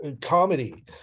comedy